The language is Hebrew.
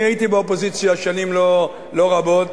אני הייתי באופוזיציה שנים לא רבות.